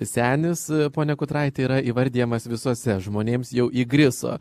senis ponia kutraite yra įvardijamas visose žmonėms jau įgriso